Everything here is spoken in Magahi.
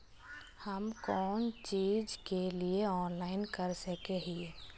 हम कोन चीज के लिए ऑनलाइन कर सके हिये?